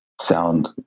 sound